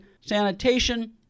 sanitation